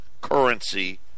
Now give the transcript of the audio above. currency